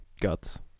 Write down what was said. Guts